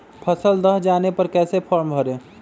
फसल दह जाने पर कैसे फॉर्म भरे?